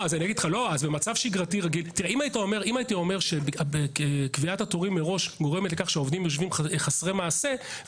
אם הייתי אומר שקביעת התורים מראש גורמת לכך שהעובדים יושבים חסרי מעשה,